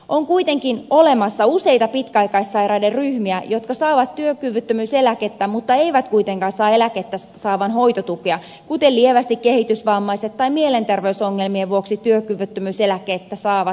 on kuitenkin olemassa useita pitkäaikaissairaiden ryhmiä jotka saavat työkyvyttömyyseläkettä mutta eivät kuitenkaan eläkettä saavan hoitotukea kuten lievästi kehitysvammaiset tai mielenterveysongelmien vuoksi työkyvyttömyyseläkettä saavat henkilöt